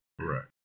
correct